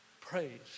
Praise